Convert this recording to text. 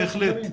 בהחלט.